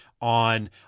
on